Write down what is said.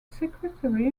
secretary